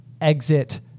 exit